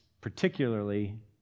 particularly